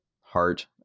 heart